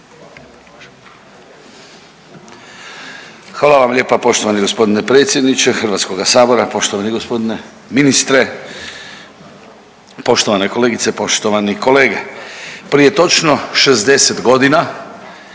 Hvala vam lijepa poštovani gospodine predsjedniče Hrvatskoga sabora, poštovani gospodine ministre, poštovane kolegice, poštovani kolege. Prije točno 60 godina